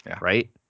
Right